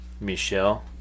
Michelle